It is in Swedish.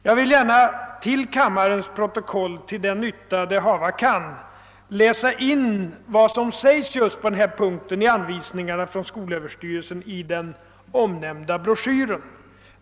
Jag vill gärna i kammarens protokoll, till den nytta det hava kan, läsa in vad som står på denna punkt i de anvisningar från skolöverstyrelsen som meddelas i den omnämnda broschyren.